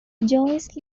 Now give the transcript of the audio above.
joyce